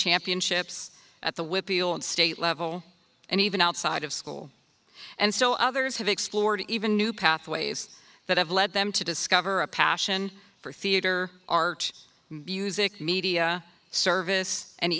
championships at the whitfield state level and even outside of school and so others have explored even new pathways that have led them to discover a passion for theatre art music media service and